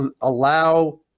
allow